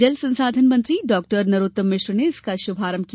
जल संसाधन मंत्री डाक्टर नरोत्तम मिश्र ने इसका शुभारंभ किया